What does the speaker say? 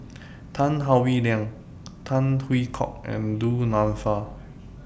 Tan Howe Liang Tan Hwee Hock and Du Nanfa